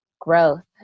growth